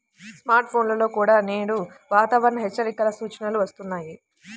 smart ఫోన్లలో కూడా నేడు వాతావరణ హెచ్చరికల సూచనలు వస్తున్నాయి